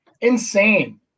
Insane